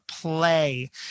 play